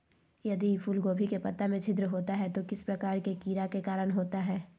यदि फूलगोभी के पत्ता में छिद्र होता है तो किस प्रकार के कीड़ा के कारण होता है?